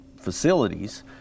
facilities